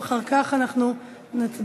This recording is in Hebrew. ואחר כך אנחנו נצביע.